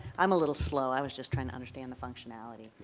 i'm a little slow. i was just trying to understand the functionality.